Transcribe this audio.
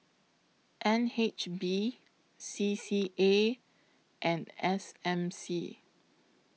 N H B C C A and S M C